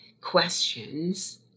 questions